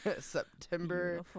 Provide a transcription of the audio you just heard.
September